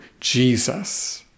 Jesus